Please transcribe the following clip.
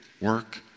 work